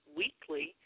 weekly